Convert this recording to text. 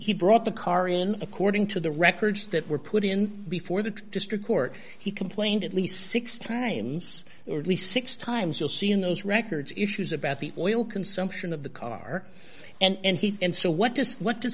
brought the car in according to the records that were put in before the district court he complained at least six times or at least six times you'll see in those records issues about the oil consumption of the car and he and so what does what does